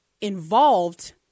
involved